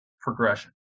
progression